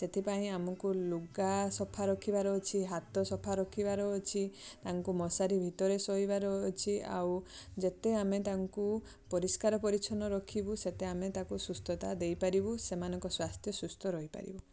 ସେଥିପାଇଁ ଆମକୁ ଲୁଗା ସଫା ରଖିବାର ଅଛି ହାତ ସଫା ରଖିବାର ଅଛି ତାଙ୍କୁ ମଶାରୀ ଭିତରେ ଶୋଇବାର ଅଛି ଆଉ ଯେତେ ଆମେ ତାଙ୍କୁ ପରିସ୍କାର ପରିଚ୍ଛନ ରଖିବୁ ସେତେ ଆମେ ତାଙ୍କୁ ସୁସ୍ଥତା ଦେଇ ପାରିବୁ ସେମାନଙ୍କ ସ୍ୱାସ୍ଥ୍ୟ ସୁସ୍ଥ ରହିପାରିବ